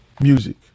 music